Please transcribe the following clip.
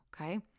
Okay